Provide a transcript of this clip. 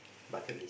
bucket